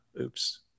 oops